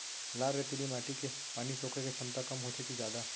लाल रेतीली माटी के पानी सोखे के क्षमता कम होथे की जादा?